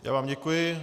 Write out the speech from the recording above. Já vám děkuji.